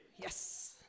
Yes